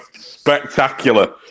spectacular